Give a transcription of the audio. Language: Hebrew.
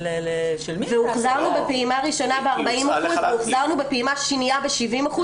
הוחזרנו בפעימה הראשונה ב-40% והוחזרנו בפעימה שנייה ב-70%,